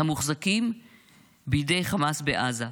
המוחזקים בידי חמאס בעזה.